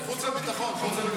חוץ וביטחון.